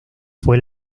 fue